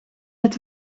het